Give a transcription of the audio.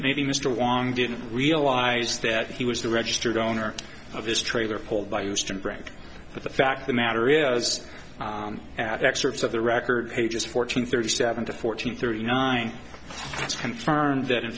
maybe mr wong didn't realize that he was the registered owner of his trailer pulled by used to brag of the fact the matter is at excerpts of the record pages fourteen thirty seven to fourteen thirty nine it's confirmed that in